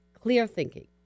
Clear-thinking